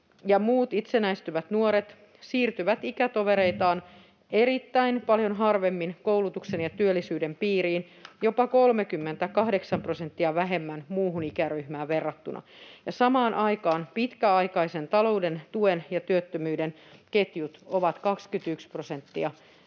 muut itsenäistyvät nuoret siirtyvät ikätovereitaan erittäin paljon harvemmin koulutuksen ja työllisyyden piiriin, jopa 38 prosenttia vähemmän muuhun ikäryhmään verrattuna. Samaan aikaan pitkäaikaisen talouden tuen ja työttömyyden ketjut ovat 21 prosenttia